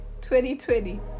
2020